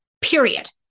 period